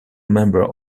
member